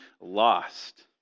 lost